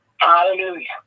Hallelujah